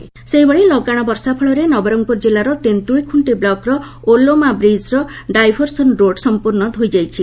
ବଷୋ ଲଗାଣ ବର୍ଷା ଫଳରେ ନବରଙ୍ଙପୁର କିଲ୍ଲାର ତେନ୍ତୁଳିଖୁଷ୍ଟି ବ୍ଲକର ଓଲମା ବ୍ରିଜ୍ର ଡାଇଭର୍ସନ ରୋଡ୍ ସଂପ୍ରର୍ଷ୍ ଧୋଇଯାଇଛି